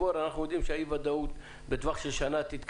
אנחנו יודעים שאי-הוודאות תמשיך גם עוד שנה.